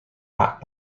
pak